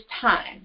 time